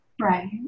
right